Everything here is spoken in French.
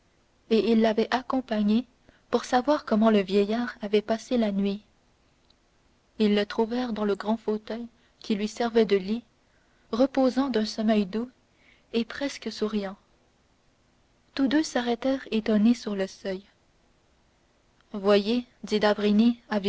et il l'avait accompagné pour savoir comment le vieillard avait passé la nuit ils le trouvèrent dans le grand fauteuil qui lui servait de lit reposant d'un sommeil doux et presque souriant tous deux s'arrêtèrent étonnés sur le seuil voyez